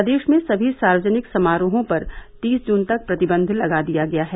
प्रदेश में समी सार्वजनिक समारोहों पर तीस जून तक प्रतिबंध लगा दिया गया है